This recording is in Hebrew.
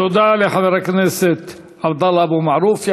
תודה לחבר הכנסת עבדאללה אבו מערוף.